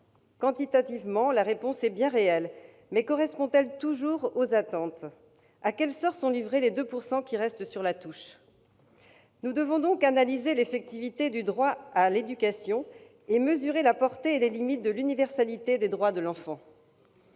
quantitativement, la réponse est bien réelle. Mais correspond-elle toujours aux attentes ? À quel sort sont livrés les 2 % qui restent sur la touche ? Nous devons analyser l'effectivité du droit à l'éducation et mesurer la portée et les limites de l'universalité des droits de l'enfant.